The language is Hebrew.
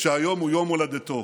שהיום הוא יום הולדתו.